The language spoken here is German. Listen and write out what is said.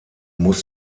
muss